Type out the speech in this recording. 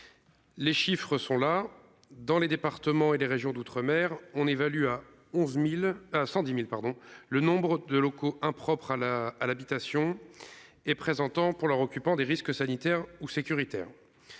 Les chiffres sont là, dans les départements et les régions d'outre-mer on évalue à 11.110 1000 pardon. Le nombre de locaux impropres à la à l'habitation et présentant pour leur occupant des risques sanitaires ou sécuritaires.